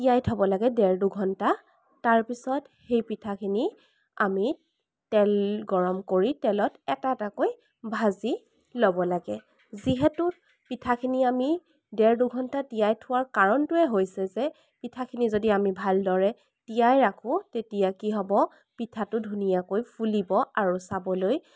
তিয়াই থব লাগে দেৰ দুঘণ্টা তাৰপিছত সেই পিঠাখিনি আমি তেল গৰম কৰি তেলত এটা এটাকৈ ভাজি ল'ব লাগে যিহেতু পিঠাখিনি আমি দেৰ দুঘণ্টা তিয়াই থোৱাৰ কাৰণটোৱেই হৈছে যে পিঠাখিনি যদি আমি ভালদৰে তিয়াই ৰাখো তেতিয়া কি হ'ব পিঠাটো ধুনীয়াকৈ ফুলিব আৰু চাবলৈ